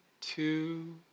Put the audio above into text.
two